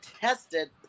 tested